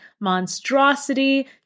Monstrosity